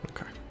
Okay